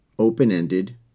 open-ended